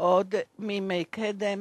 עוד מימי קדם.